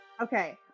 Okay